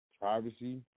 privacy